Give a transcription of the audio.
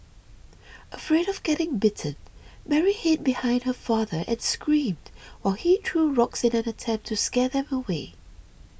afraid of getting bitten Mary hid behind her father and screamed while he threw rocks in an attempt to scare them away